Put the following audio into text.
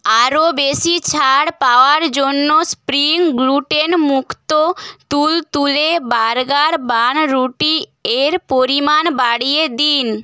আরো বেশি ছাড় পাওয়ার জন্য স্প্রিং গ্লুটেনমুক্ত তুলতুলে বার্গার বানরুটি এর পরিমাণ বাড়িয়ে দিন